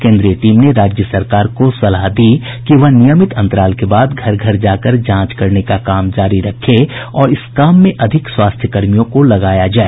केन्द्रीय टीम ने राज्य सरकार को सलाह दी कि वह नियमित अंतराल के बाद घर घर जाकर जांच करने का काम जारी रखे और इस काम में अधिक स्वास्थ्यकर्मियों को लगाया जाए